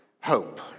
hope